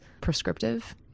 prescriptive